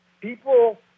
People